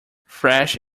fresh